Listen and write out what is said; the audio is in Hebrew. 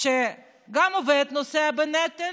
שגם העובד נושא בנטל,